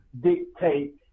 dictate